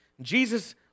Jesus